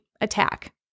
attack